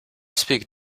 speak